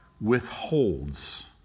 withholds